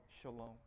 shalom